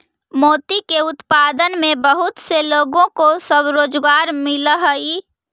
मोती के उत्पादन में बहुत से लोगों को स्वरोजगार मिलअ हई